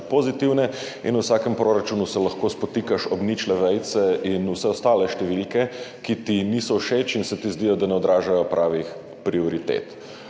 pozitivne, in v vsakem proračunu se lahko spotikaš ob ničle, vejice in vse ostale številke, ki ti niso všeč in se ti zdijo, da ne odražajo pravih prioritet.